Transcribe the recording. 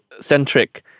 centric